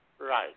right